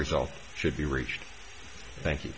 result should be reached thank you